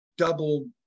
double